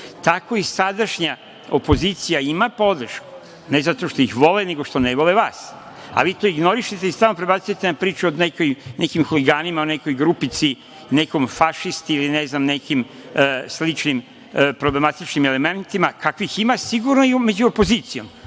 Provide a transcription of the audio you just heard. i sadašnja opozicija ima podršku, ne zato što ih vole, nego što ne vole vas. A vi to ignorišete i stalno prebacujete na priču o nekim huliganima, o nekoj grupici, nekom fašisti ili ne znam nekim sličnim problematičnim elementima, kakvih ima sigurno i među opozicijom,